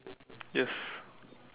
yes